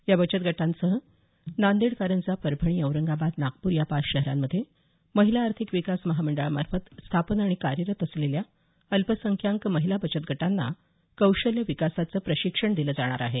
या बचतगटांसह नांदेड कारंजा परभणी औरंगाबाद नागपूर या पाच शहरांमध्ये महिला आर्थिक विकास महामंडळामार्फत स्थापन आणि कार्यरत असलेल्या अल्पसंख्याक महिला बचतगटांना कौशल्य विकासाचे प्रशिक्षण दिलं जाणार आहे